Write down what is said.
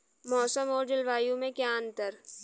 मौसम और जलवायु में क्या अंतर?